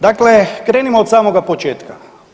Dakle, krenimo od samoga početka.